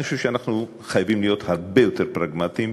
אני חושב שאנחנו חייבים להיות הרבה יותר פרגמטיים,